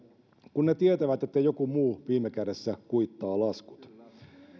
kun ne tietävät että joku muu viime kädessä kuittaa laskut